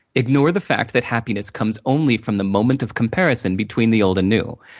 ignore the fact that happiness comes only from the moment of comparison between the old and new.